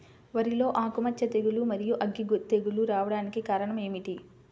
వరిలో ఆకుమచ్చ తెగులు, మరియు అగ్గి తెగులు రావడానికి కారణం ఏమిటి?